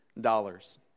dollars